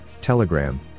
Telegram